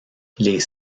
les